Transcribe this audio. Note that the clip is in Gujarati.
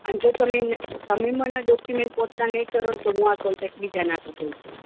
અને જો તમે તમે મને ડોકયુમેંટ પહોંચતા નહીં કરો ને તો હું આ કોન્ટ્રાક બીજાને આપી દઉં છું